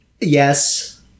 Yes